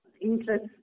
interest